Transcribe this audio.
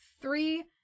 three